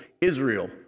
Israel